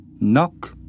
Knock